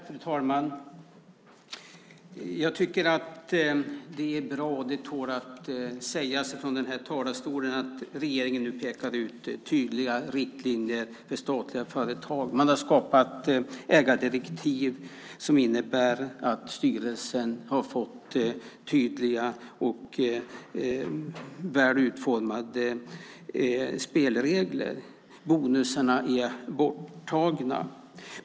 Fru talman! Jag tycker att det är bra, och det tål att sägas från den här talarstolen, att regeringen nu pekar ut tydliga riktlinjer för statliga företag. Man har skapat ägardirektiv som innebär att styrelsen har fått tydliga och väl utformade spelregler. Bonusarna är borttagna.